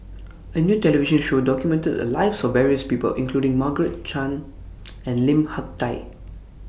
A New television Show documented The Lives of various People including Margaret Chan and Lim Hak Tai